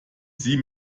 sie